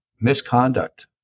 misconduct